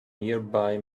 nearby